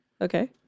Okay